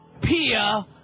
Pia